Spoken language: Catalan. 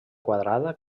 quadrada